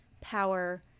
power